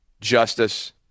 justice